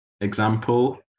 example